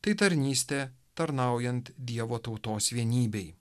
tai tarnystė tarnaujant dievo tautos vienybei